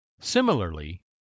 Similarly